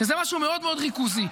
שזה משהו מאוד מאוד ריכוזי.